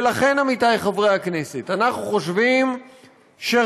ולכן, עמיתיי חברי הכנסת, אנחנו חושבים שראוי,